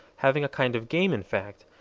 having a kind of game in fact,